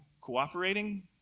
cooperating